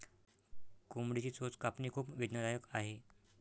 कोंबडीची चोच कापणे खूप वेदनादायक आहे